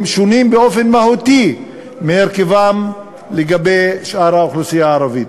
שונה באופן מהותי מהרכבם לגבי האוכלוסייה הערבית.